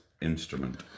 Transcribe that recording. instrument